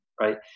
right